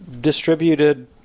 distributed